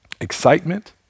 Excitement